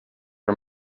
her